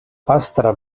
pastra